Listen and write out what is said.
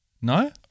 No